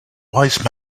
wise